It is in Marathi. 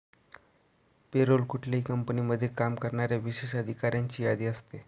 पे रोल कुठल्याही कंपनीमध्ये काम करणाऱ्या विशेष अधिकाऱ्यांची यादी असते